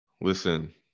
Listen